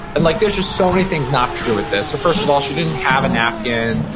and like there's just so many things not true with this. first of all, she didn't have a napkin,